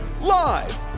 Live